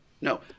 No